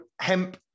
hemp